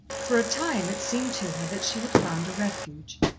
for a time, it seemed to her that she had found a refuge.